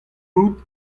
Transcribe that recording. out